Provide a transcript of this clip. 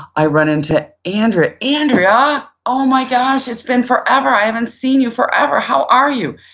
i run into andrea. andrea, oh my gosh, it's been forever. i haven't seen you forever, how are you?